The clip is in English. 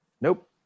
Nope